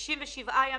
ל-67 ימים,